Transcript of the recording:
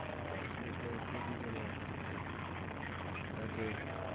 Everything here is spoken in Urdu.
اس میں پیسے بھی جمع کرتے ہیں تاکہ